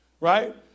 Right